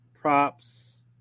Props